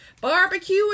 Barbecue